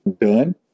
done